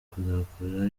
kuzakora